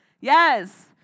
Yes